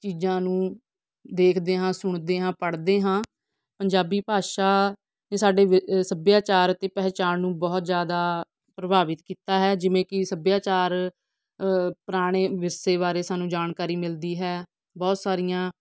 ਚੀਜ਼ਾਂ ਨੂੰ ਦੇਖਦੇ ਹਾਂ ਸੁਣਦੇ ਹਾਂ ਪੜ੍ਹਦੇ ਹਾਂ ਪੰਜਾਬੀ ਭਾਸ਼ਾ ਸਾਡੇ ਵ ਸੱਭਿਆਚਾਰ ਅਤੇ ਪਹਿਚਾਣ ਨੂੰ ਬਹੁਤ ਜ਼ਿਆਦਾ ਪ੍ਰਭਾਵਿਤ ਕੀਤਾ ਹੈ ਜਿਵੇਂ ਕਿ ਸੱਭਿਆਚਾਰ ਪੁਰਾਣੇ ਵਿਰਸੇ ਬਾਰੇ ਸਾਨੂੰ ਜਾਣਕਾਰੀ ਮਿਲਦੀ ਹੈ ਬਹੁਤ ਸਾਰੀਆਂ